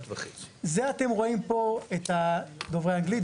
את זה אתם רואים פה את דוברי האנגלית,